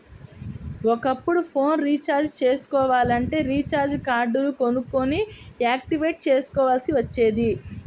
ఒకప్పుడు phone recharge చేసుకోవాలంటే recharge కార్డులు కొనుక్కొని యాక్టివేట్ చేసుకోవాల్సి వచ్చేది